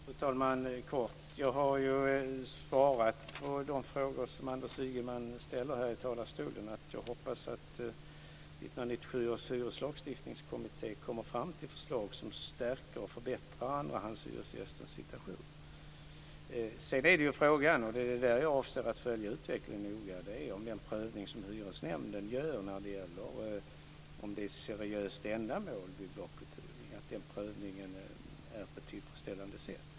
Fru talman! Jag har svarat på de frågor som Anders Ygeman ställer från talarstolen. Jag hoppas att 1997 års hyreslagstiftningskommitté kommer fram till förslag som stärker och förbättrar andrahandshyresgästernas situation. Sedan är frågan - och det är där som jag avser att noga följa utvecklingen - om den prövning som hyresnämnden gör av om det är seriöst ändamål vid blockuthyrning sker på ett tillfredsställande sätt.